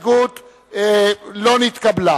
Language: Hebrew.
שההסתייגות לא נתקבלה.